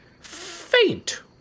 faint